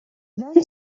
then